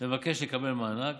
מבקש לקבל מענק,